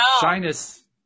shyness